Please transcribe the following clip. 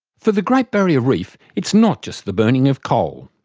for the great barrier reef, it's not just the burning of coal.